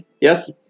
Yes